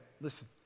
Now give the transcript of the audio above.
listen